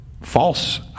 false